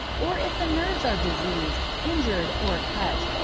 or if the nerves are diseased, injured, or cut,